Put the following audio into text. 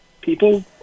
people